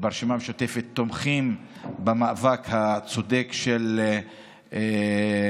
ברשימה המשותפת תומכים במאבק הצודק של אחינו